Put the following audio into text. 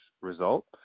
result